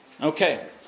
okay